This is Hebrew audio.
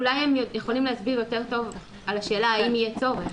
אולי הם יכולים להסביר יותר טוב לגבי השאלה האם יהיה צורך.